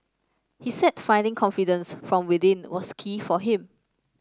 he said finding confidence from within was key for him